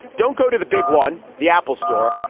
don't go to the big one. the apple store.